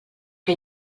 que